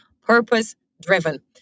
purpose-driven